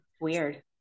Weird